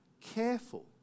careful